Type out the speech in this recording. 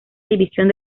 división